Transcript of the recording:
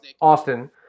Austin